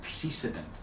precedent